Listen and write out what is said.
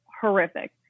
horrific